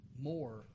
more